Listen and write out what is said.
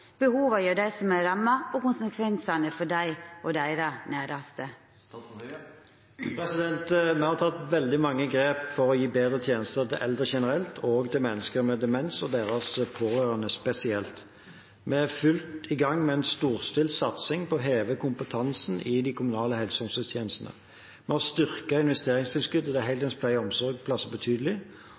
som er rammet og konsekvensene for dem og deres nærmeste?» Vi har tatt veldig mange grep for å gi bedre tjenester til eldre generelt og til mennesker med demens og deres pårørende spesielt. Vi er i full gang med en storstilt satsing for å heve kompetansen i de kommunale helse- og omsorgstjenestene. Vi har styrket investeringstilskuddet til heldøgns pleie- og omsorgsplasser betydelig.